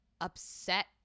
upset